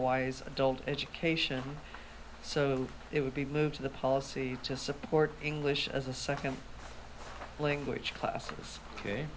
hawaii's adult education so it would be moved to the policy to support english as a second language classes